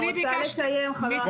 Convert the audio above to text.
אני רוצה לסיים, חבר הכנסת קארה.